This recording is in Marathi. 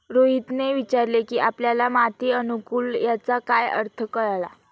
रोहितने विचारले की आपल्याला माती अनुकुलन याचा काय अर्थ कळला?